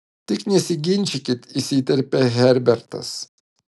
tik nesiginčykit įsiterpė herbertas